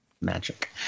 Magic